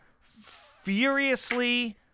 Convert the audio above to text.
furiously